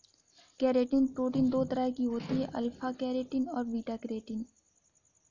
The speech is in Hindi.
केरेटिन प्रोटीन दो तरह की होती है अल्फ़ा केरेटिन और बीटा केरेटिन